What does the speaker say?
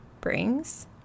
brings